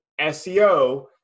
SEO